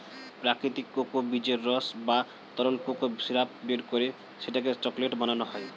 প্রাকৃতিক কোকো বীজের রস বা তরল কোকো সিরাপ বের করে সেটাকে চকলেট বানানো হয়